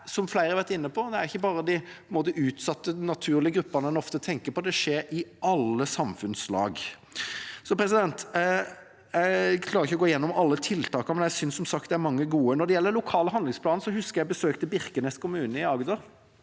som flere har vært inne på, ikke bare de naturlig utsatte gruppene en ofte tenker på – det skjer i alle samfunnslag. Jeg rekker ikke å gå gjennom alle tiltakene, men jeg synes det er mange gode. Når det gjelder lokale handlingsplaner, husker jeg at jeg besøkte Birkenes kommune i Agder.